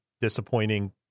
disappointing